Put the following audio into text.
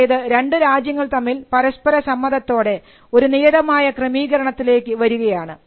അതായത് രണ്ട് രാജ്യങ്ങൾ തമ്മിൽ പരസ്പര സമ്മതത്തോടെ ഒരു നിയതമായ ക്രമീകരണത്തിലേക്ക് വരികയാണ്